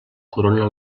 corona